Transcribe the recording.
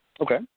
Okay